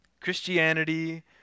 Christianity